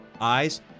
eyes